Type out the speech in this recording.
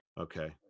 Okay